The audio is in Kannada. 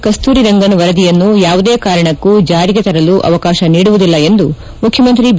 ಕಸ್ತೂರಿರಂಗನ್ ವರದಿಯನ್ನು ಯಾವುದೇ ಕಾರಣಕ್ಕೂ ಜಾರಿಗೆ ತರಲು ಅವಕಾಶ ನೀಡುವುದಿಲ್ಲ ಎಂದು ಮುಖ್ಯಮಂತ್ರಿ ಬಿ